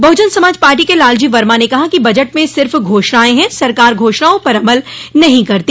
बहुजन Samaj party क लालजी वर्मा ने कहा कि बजट में सिर्फ घोषणाए हैं सरकार घोषणाओं पर अमल नहीं करती